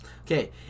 Okay